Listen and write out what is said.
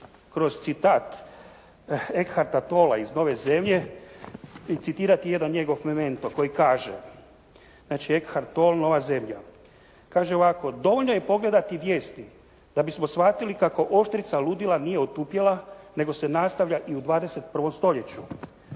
kroz citat Eckharta Tolla iz “Nove zemlje“ citirati jedan njegov memento koji kaže, znači Eckhart Toll “Nova zemlja“. Kaže ovako: “Dovoljno je pogledati vijesti da bismo shvatili kako oštrica ludila nije otupjela nego se nastavlja i u 21. stoljeću.